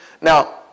Now